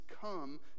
come